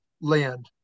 land